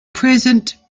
present